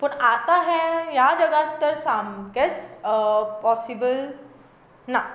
पूण आतां हें ह्या जगाक तर सामकेंच पॉसिबल ना